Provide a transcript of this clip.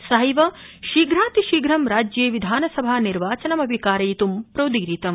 सहैव शीघ्रातिशीघ्रं राज्ये विधानसभा निर्वाचनमपि कारयित्ं प्रोदीरितम्